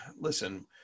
listen